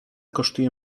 kosztuje